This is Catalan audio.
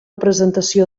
presentació